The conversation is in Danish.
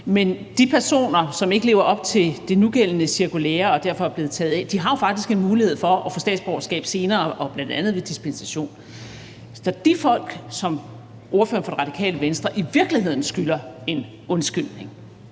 men de personer, som ikke lever op til det nugældende cirkulære og derfor er blevet taget af, har jo faktisk en mulighed for at få statsborgerskab senere, bl.a. ved dispensation. Så de folk, som ordføreren for Det Radikale Venstre i virkeligheden skylder en undskyldning,